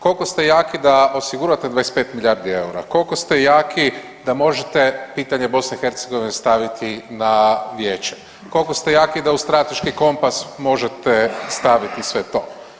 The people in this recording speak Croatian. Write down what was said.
Koliko ste jaki da osigurate 25 milijardi eura, koliko ste jaki da možete pitanje Bosne i Hercegovine staviti na Vijeće, koliko ste jaki da u strateški kompas možete staviti sve to.